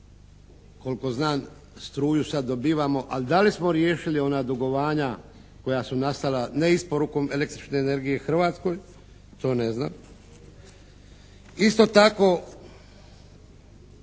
Koliko znam struju sad dobivamo, ali da li smo riješili ona dugovanja koja su nastala neisporukom električne energije Hrvatskoj? To ne znam. Isto tako